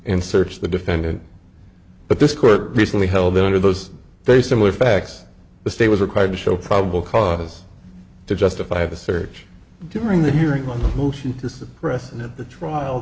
and searched the defendant but this court recently held under those very similar facts the state was required to show probable cause to justify the search during the hearing on who t